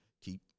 keep